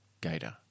Gator